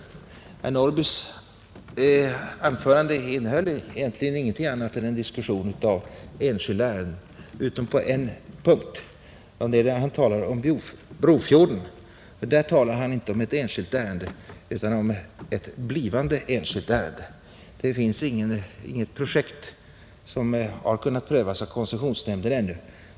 Herr Norrbys anförande var egentligen ingenting annat än en diskussion av enskilda ärenden — utom på en punkt, nämligen när han talade om Brofjorden. Där talar han inte om ett enskilt ärende utan om ett blivande enskilt ärende. Det finns nämligen inte något projekt där, som ännu har kunnat prövas av koncessionsnämnden.